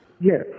Yes